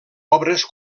obres